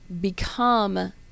become